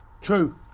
True